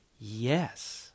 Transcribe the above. Yes